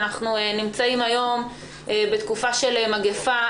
אנחנו נמצאים היום בתקופה של מגפה,